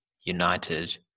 United